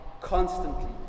constantly